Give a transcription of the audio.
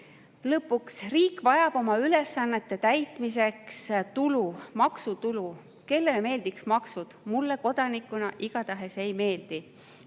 riik vajab oma ülesannete täitmiseks tulu, maksutulu. Kellele meeldiks maksud? Mulle kodanikuna igatahes ei meeldi.